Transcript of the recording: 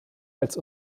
als